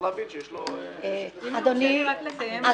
להבין שיש לזה השלכות --- אדוני היושב-ראש,